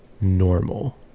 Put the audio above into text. normal